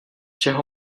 čeho